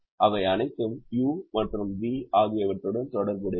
அவை அனைத்தும் u மற்றும் v ஆகியவற்றுடன் தொடர்புடையவை